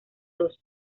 dos